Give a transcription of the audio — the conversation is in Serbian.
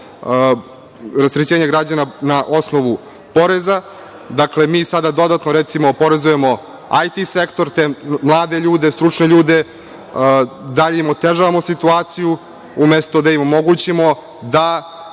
rasterećenje građana na osnovu poreza. Mi sada dodatno oporezujemo IT sektor, te mlade i stručne ljude, dalje im otežavamo situaciju, umesto da im omogućimo da